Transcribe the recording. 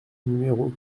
numéros